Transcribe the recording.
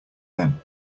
then